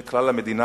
של כלל המדינה,